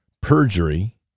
perjury